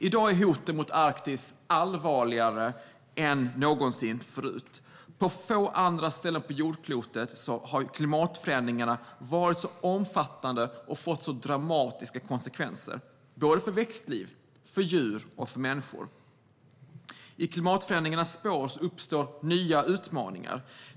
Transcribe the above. I dag är hoten mot Arktis allvarligare än någonsin förut. På få andra ställen på jordklotet har klimatförändringarna varit så omfattande och fått så dramatiska konsekvenser för växtliv, djur och människor. I klimatförändringarnas spår uppstår nya utmaningar.